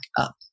up